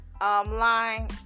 line